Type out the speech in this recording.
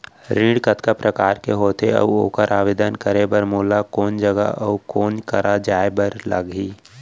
ऋण कतका प्रकार के होथे अऊ ओखर आवेदन करे बर मोला कोन जगह अऊ कोन करा जाए बर लागही?